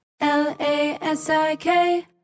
L-A-S-I-K